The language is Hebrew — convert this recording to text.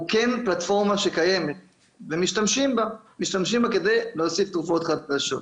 המנגנון הוא כן פלטפורמה שקיימת ומשתמשים בה כדי להוסיף תרופות חדשות.